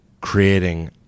creating